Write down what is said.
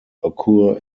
occur